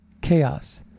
chaos